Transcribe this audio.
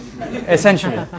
Essentially